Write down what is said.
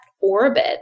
orbit